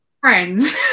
friends